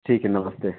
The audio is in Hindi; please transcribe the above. ठीक है नमस्ते